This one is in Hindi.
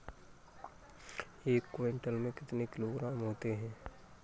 एक क्विंटल में कितने किलोग्राम होते हैं?